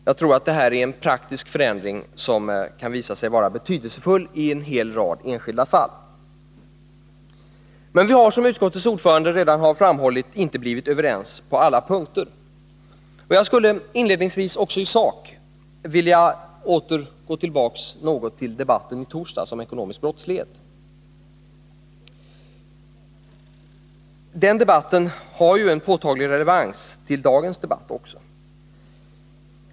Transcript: Jag tror att detta är en praktisk förändring, som kan visa sig vara betydelsefull i en hel rad enskilda fall. Som utskottets ordförande redan har framhållit har vi emellertid inte blivit överens på alla punkter. Jag skulle också i själva sakfrågan vilja återvända något till torsdagens debatt om ekonomisk brottslighet. Den debatten har en påtaglig relevans i dagens debatt också.